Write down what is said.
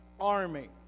army